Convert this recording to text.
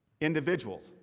individuals